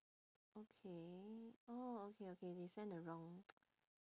okay oh okay okay they sent the wrong